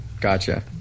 gotcha